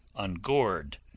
ungored